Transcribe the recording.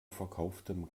verkauftem